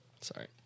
Sorry